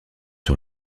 sur